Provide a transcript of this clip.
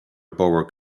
borough